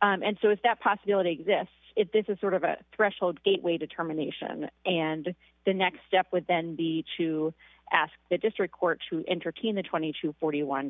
and so if that possibility exists if this is sort of a threshold gateway determination and the next step would then be to ask the district court to entertain the twenty dollars to forty one